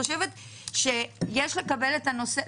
החשובים ביותר שאנחנו צריכים לעשות כחברה.